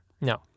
No